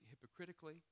hypocritically